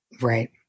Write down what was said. Right